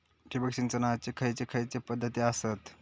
ठिबक सिंचनाचे खैयचे खैयचे पध्दती आसत?